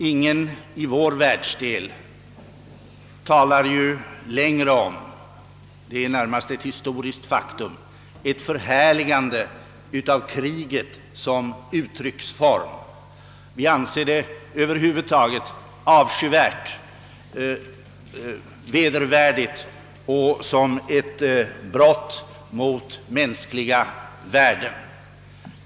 Ingen i vår världsdel talar ju längre om — det är närmast ett historiskt faktum — ett förhärligande av kriget som uttrycksform. Vi anser det över huvud taget avskyvärt, vedervärdigt och som ett brott mot mänskliga värden.